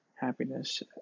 happiness